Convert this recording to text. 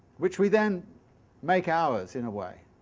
which we then make ours in a way.